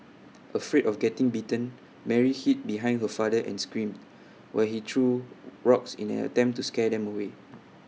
afraid of getting bitten Mary hid behind her father and screamed while he threw rocks in an attempt to scare them away